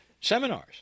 seminars